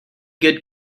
good